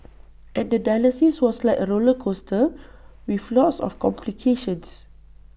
and the dialysis was like A roller coaster with lots of complications